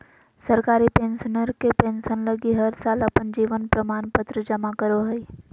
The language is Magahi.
सरकारी पेंशनर के पेंसन लगी हर साल अपन जीवन प्रमाण पत्र जमा करो हइ